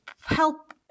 help